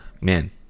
man